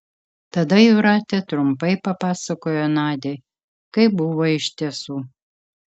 tada jūratė trumpai papasakojo nadiai kaip buvo iš tiesų